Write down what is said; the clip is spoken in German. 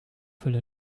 fülle